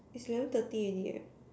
it's eleven thirty already eh